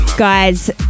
guys